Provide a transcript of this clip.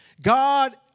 God